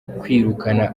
kwirukana